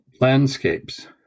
landscapes